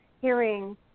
hearing